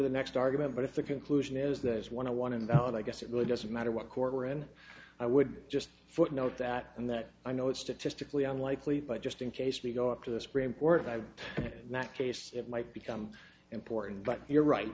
for the next argument but if the conclusion is that is one of one invalid i guess it really doesn't matter what court were in i would just footnote that and that i know it's statistically unlikely but just in case we go up to the supreme court by that case it might become important but you're right